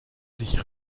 sich